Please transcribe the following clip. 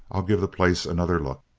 i'll give the place another look.